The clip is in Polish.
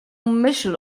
myśl